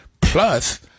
plus